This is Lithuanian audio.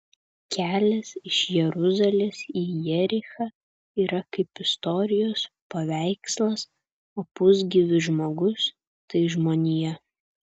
kelias iš jeruzalės į jerichą yra kaip istorijos paveikslas o pusgyvis žmogus tai žmonija